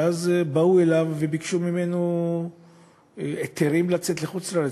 ואז באו אליו וביקשו ממנו היתרים לצאת לחוץ-לארץ,